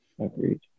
Agreed